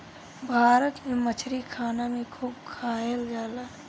भारत में मछरी खाना में खूब खाएल जाला